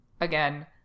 again